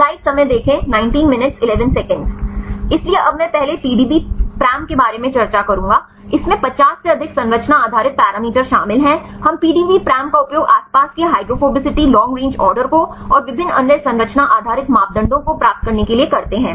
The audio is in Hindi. इसलिए अब मैं पहले PDBparam के बारे में चर्चा करूंगा इसमें 50 से अधिक संरचना आधारित पैरामीटर शामिल है हम PDBparam का उपयोग आसपास के हाइड्रोफोबिसिटी लॉन्ग रेंज ऑर्डर को और विभिन्न अन्य संरचना आधारित मापदंडों को प्राप्त करने के लिए करते हैं